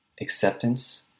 acceptance